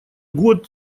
год